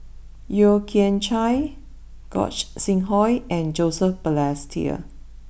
Yeo Kian Chai Gog sing Hooi and Joseph Balestier